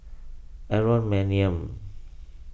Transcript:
Aaron Maniam